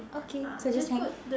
okay so I just hang